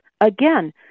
Again